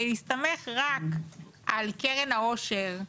להסתמך רק על קרן העושר,